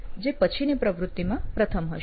જે પછીની પ્રવૃત્તિમાં પ્રથમ હશે